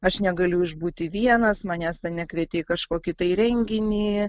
aš negaliu išbūti vienas manęs ten nekvietė į kažkokį tai renginį